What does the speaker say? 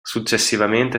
successivamente